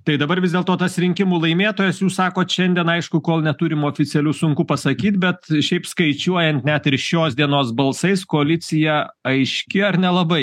tai dabar vis dėlto tas rinkimų laimėtojas jūs sakot šiandien aišku kol neturim oficialių sunku pasakyt bet šiaip skaičiuojant net ir šios dienos balsais koalicija aiški ar nelabai